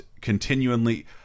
continually